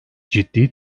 ciddi